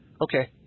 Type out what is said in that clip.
Okay